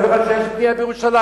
אני אומר לך שיש בנייה בירושלים,